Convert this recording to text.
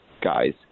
guys